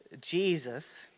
Jesus